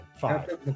five